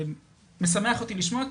שמשמח אותי לשמוע.